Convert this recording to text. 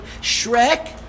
Shrek